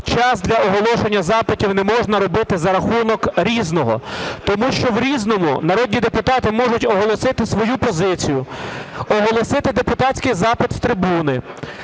час для оголошення запитів не можна робити за рахунок "Різного". Тому що в "Різному" народні депутати можуть оголосити свою позицію, оголосити депутатський запит з трибуни,